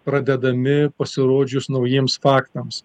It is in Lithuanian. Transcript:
pradedami pasirodžius naujiems faktams